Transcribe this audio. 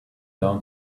down